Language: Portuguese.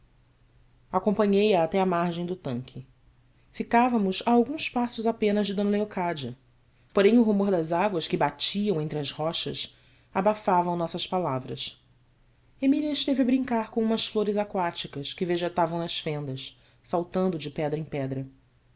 acompanhei a até a margem do tanque ficávamos a alguns passos apenas de d leocádia porém o rumor das águas que latiam entre as rochas abafavas nossas palavras emília esteve a brincar com umas flores aquáticas que vegetavam nas fendas saltando de pedra em pedra